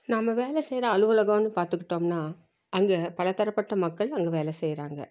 நாம் வேலை செய்கிற அலுவலகம்னு பார்த்துக்கிட்டோம்னா அங்கே பல தரப்பட்ட மக்கள் அங்கே வேலை செய்கிறாங்க